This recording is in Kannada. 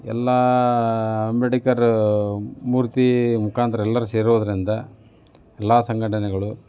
ಎಲ್ಲ ಅಂಬೇಡ್ಕರ್ ಮೂರ್ತಿ ಮುಖಾಂತರ ಎಲ್ಲರೂ ಸೇರೋದ್ರಿಂದ ಎಲ್ಲ ಸಂಘಟನೆಗಳು